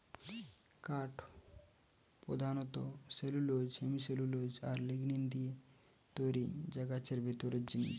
কাঠ পোধানত cellulose, hemicellulose আর লিগনিন দিয়ে তৈরি যা গাছের ভিতরের জিনিস